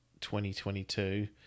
2022